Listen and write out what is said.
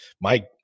Mike